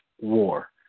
war